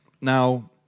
now